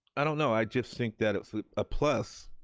i don't know i just think that it's a plus